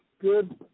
good